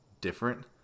different